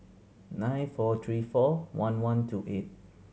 nine four three four one one two eight